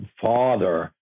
father